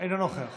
אינו נוכח